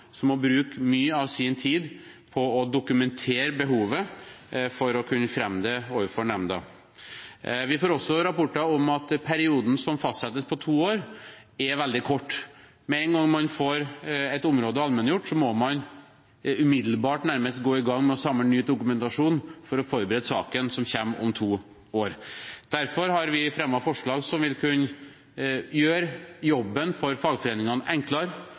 som må bruke mye av sin tid på å dokumentere behovet for å kunne fremme det overfor nemnda. Vi får også rapporter om at perioden som fastsettes – på to år – er veldig kort. Med en gang man får et område allmenngjort, må man umiddelbart, nærmest, gå i gang med å samle ny dokumentasjon for å forberede saken som kommer om to år. Derfor har vi fremmet forslag som vil kunne gjøre jobben for fagforeningene enklere,